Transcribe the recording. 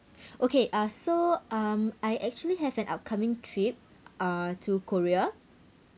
okay uh so um I actually have an upcoming trip uh to korea